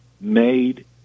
made